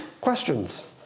Questions